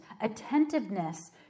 attentiveness